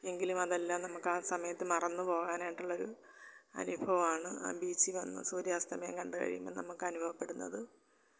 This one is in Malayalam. എങ്കിലും അതെല്ലാം നമുക്ക് ആ സമയത്ത് മറന്ന് പോകാനായിട്ടുള്ളൊരു അനുഭവമാണ് ആ ബീച്ചിൽ വന്ന് സൂര്യാസ്തമയം കണ്ടുകഴിയുമ്പം നമുക്ക് അനുഭവപ്പെടുന്നത്